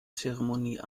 zeremonie